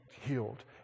healed